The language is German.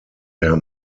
der